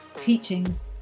teachings